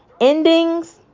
Endings